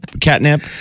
catnip